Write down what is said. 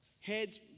heads